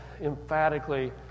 emphatically